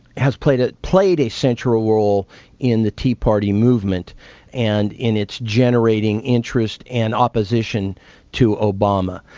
has played ah played a central role in the tea party movement and in its generating interest and opposition to obama.